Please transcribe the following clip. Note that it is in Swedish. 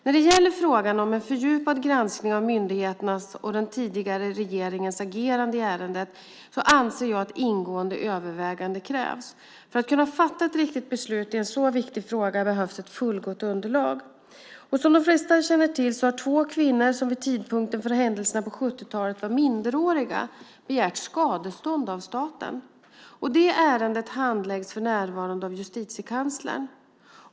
När det gäller frågan om en fördjupad granskning av myndigheternas och den tidigare regeringens agerande i ärendet anser jag att ingående överväganden krävs. För att kunna fatta ett riktigt beslut i en så viktig fråga behövs ett fullgott underlag. Som de flesta känner till har två kvinnor, som vid tidpunkten för händelserna på 70-talet var minderåriga, begärt skadestånd av staten. Det ärendet handläggs för närvarande av Justitiekanslern.